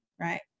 right